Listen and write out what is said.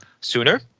sooner